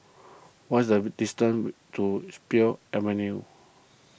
what is the distance to pill Avenue